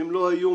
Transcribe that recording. הן לא האיום